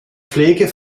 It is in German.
pflege